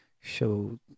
show